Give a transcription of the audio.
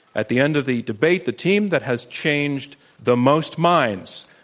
at the end of the debate the team that has changed the most minds,